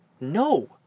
No